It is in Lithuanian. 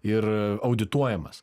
ir audituojamas